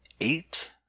eight